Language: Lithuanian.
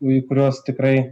į kuriuos tikrai